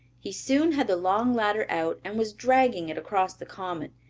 he soon had the long ladder out and was dragging it across the common.